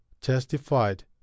testified